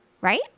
Right